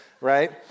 right